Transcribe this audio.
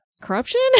corruption